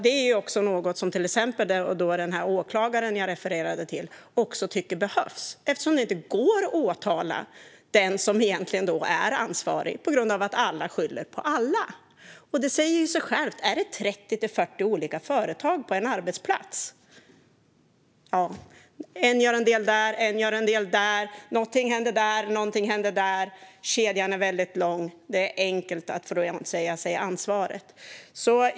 Det är något som den åklagare jag refererade till också tycker behövs eftersom det inte går att åtala den som egentligen är ansvarig på grund av att alla skyller på alla. Det säger sig självt att om det är 30-40 olika företag på en arbetsplats blir det så att en gör en del här, en gör en del där, någonting händer här och någonting händer där. Kedjan är lång, och det är enkelt att frånsäga sig ansvaret.